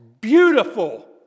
beautiful